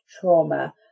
trauma